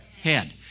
head